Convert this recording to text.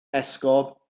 esgob